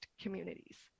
communities